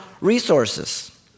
resources